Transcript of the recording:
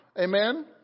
Amen